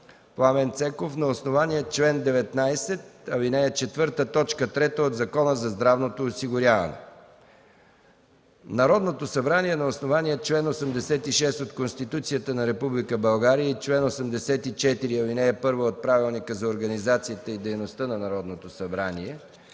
Пламен Цеков на основание чл. 19, ал. 4, т. 3 от Закона за здравното осигуряване Народното събрание на основание чл. 86 от Конституцията на Република България и чл. 84, ал. 1 от Правилника за организацията и дейността на Народното събрание